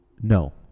No